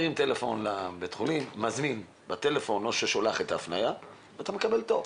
טלפון לבית החולים ומקבל תור.